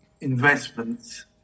investments